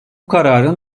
kararın